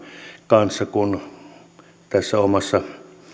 kanssa kun tässä omassa